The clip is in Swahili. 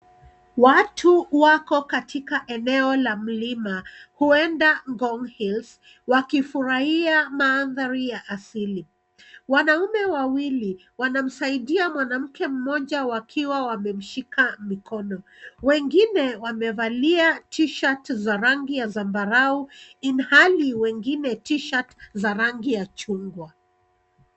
Watu wako katika eneo la mlima, huenda Ngong Hills, wakifurahia mandhari ya asili. Wanaume wawili wanamsaidia mwanamke mmoja wakiwa wamemshika mkono. Wengine wamevalia t-shirt za rangi ya zambarau ilhali wengine t-shirt za rangi ya chungwa.